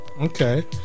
Okay